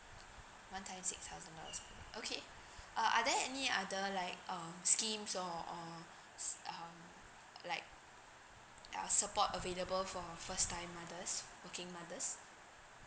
one time six thousand dollars okay uh are there any other like um schemes or or s~ um like ya support available for first time mothers working mothers